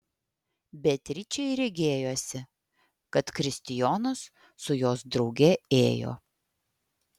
beatričei regėjosi kad kristijonas su jos drauge ėjo